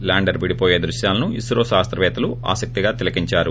lander విడిపోయే దృశ్యాలను ఇస్రో శాస్తవేత్తలు ఆసక్తిగా తిలకించారు